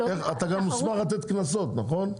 אתה גם מוסמך לתת קנסות, נכון?